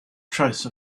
trace